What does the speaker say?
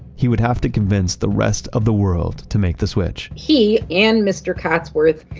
he would have to convince the rest of the world to make the switch he and mr. cotsworth,